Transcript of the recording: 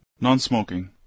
Non-smoking